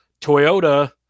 Toyota